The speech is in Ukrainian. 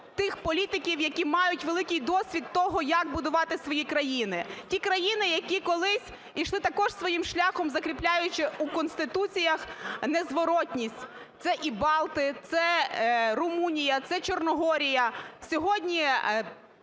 тих політиків, які мають великий досвід того, як будувати свої країни, ті країни, які колись йшли також своїм шляхом, закріпляючи у Конституціях незворотність. Це і Балти, це Румунія, це Чорногорія.